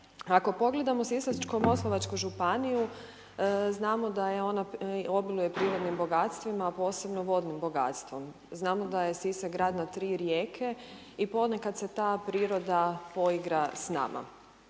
Eko pogledamo Sisačko-moslavačku županiju znamo da ona obiluje prirodnim bogatstvima a posebno vodnim bogatstvom, znamo da je Sisak grad na tri rijeke i ponekad se ta priroda poigra s nama.